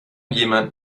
jemand